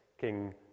king